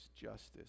justice